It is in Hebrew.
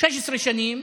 16 שנים,